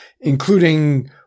including